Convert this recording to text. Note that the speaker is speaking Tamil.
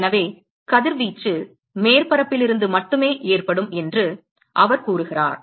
எனவே கதிர்வீச்சு மேற்பரப்பில் இருந்து மட்டுமே ஏற்படும் என்று அவர் கூறுகிறார்